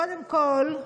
קודם כול,